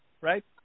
right